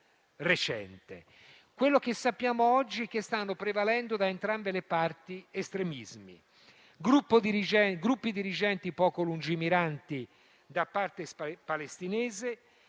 Quello che sappiamo oggi è che stanno prevalendo, da entrambe le parti, estremismi, gruppi dirigenti poco lungimiranti da parte palestinese